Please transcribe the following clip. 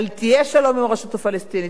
יהיה שלום עם הרשות הפלסטינית,